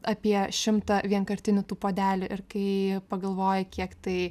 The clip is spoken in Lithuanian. apie šimtą vienkartinių tų puodelių ir kai pagalvoji kiek tai